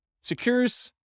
secures